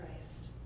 Christ